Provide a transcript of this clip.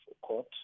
court